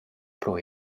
pro